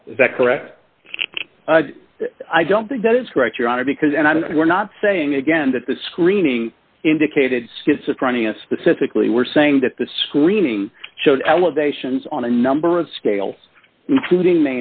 all that correct i don't think that is correct your honor because and i'm not saying again that the screening indicated schizophrenia specifically we're saying that the screening showed elevations on a number of scale looting